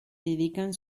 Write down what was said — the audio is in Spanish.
dedican